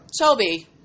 Toby